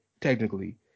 technically